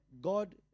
God